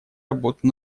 работу